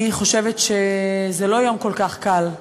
אני חושבת שזה לא יום כל כך קל,